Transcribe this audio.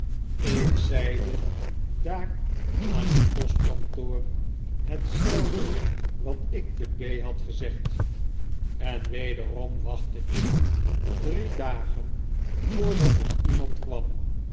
ik zeide daar aan het postkantoor hetzelfde wat ik te b had gezegd en wederom wachtte ik drie dagen voordat er iemand kwam